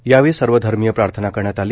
यावेळी सर्वधर्मीय प्रार्थना करण्यात आली